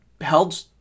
held